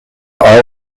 all